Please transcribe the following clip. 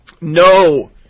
no